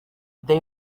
they